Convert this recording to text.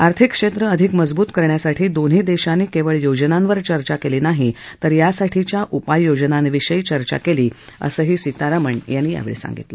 आर्थिक क्षेत्र अधिक मजबुत करण्यासाठी दोन्ही देशांनी केवळ योजनांवर चर्चा केली नाही तर यासाठीच्या उपाययोजनांविषयी चर्चा केली असं सीतारामन यांनी यावेळी सांगितलं